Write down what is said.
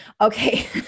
Okay